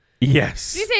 Yes